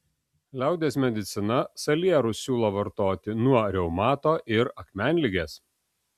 liaudies medicina salierus siūlo vartoti nuo reumato ir akmenligės